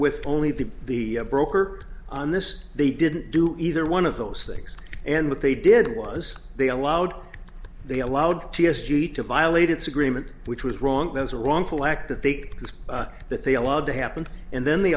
with only the broker on this they didn't do either one of those things and what they did was they allowed they allowed t s t to violate its agreement which was wrong that was a wrongful act that the is that they allowed to happen and then they